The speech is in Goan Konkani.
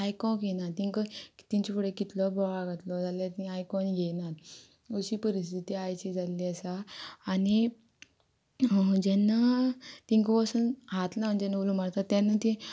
आयकोंक येना तेंका तेंचे फुडें कितलो बोवाळ घातलो जाल्यार ती आयकोन घेयनात अशी परिस्थिती आयची जाल्ली आसा आनी जेन्ना तेंका वसोन हात लावन जेन्ना उलो मारता तेन्ना ती